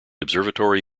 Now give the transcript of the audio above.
observatory